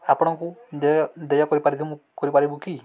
ଆପଣଙ୍କୁ ଦେୟ ଦେୟ କରିପାରିଥିବ ମୁଁ କରିପାରିବୁ କି